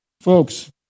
Folks